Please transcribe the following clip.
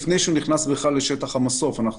לפני שהוא נכנס בכלל לשטח המסוף אנחנו